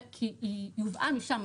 כי היא הובאה משם.